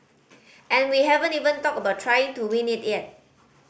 and we haven't even talked about trying to win it yet